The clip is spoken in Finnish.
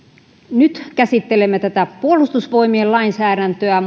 nyt käsittelemme tätä puolustusvoimien lainsäädäntöä